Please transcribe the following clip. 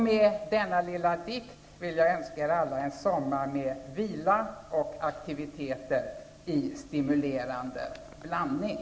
Med denna lilla dikt vill jag önska er alla en sommar med vila och aktiviteter i stimulerande blandning.